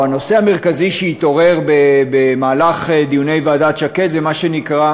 או הנושא המרכזי שהתעורר בדיוני ועדת שקד זה מה שנקרא